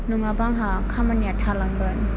नङाबा आंहा खामानिया थालांगोन